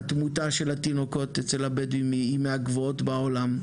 התמותה של תינוקות אצל הבדואים היא מהגבוהות בעולם,